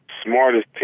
Smartest